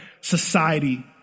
society